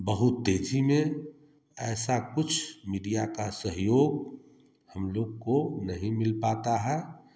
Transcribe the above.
बहुत तेजी में ऐसा कुछ मीडिया का सहयोग हम लोग को नहीं मिल पाता है